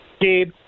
Gabe